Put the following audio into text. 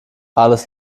alles